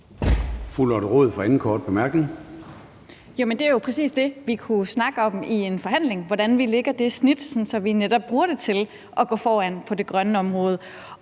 Kl. 14:28 Lotte Rod (RV): Jamen det er jo præcis det, vi kunne snakke om i en forhandling, altså hvordan vi lægger det snit, så vi netop bruger det til at gå foran på det grønne område.